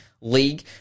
League